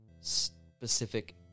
specific